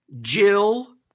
Jill